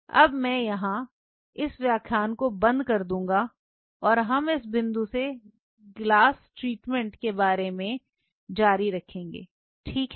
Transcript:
अब मैं यहां इस व्याख्यान को बंद कर दूंगा और हम इस बिंदु से गिलास ट्रीटमेंट के बारे में जारी रखेंगे ठीक है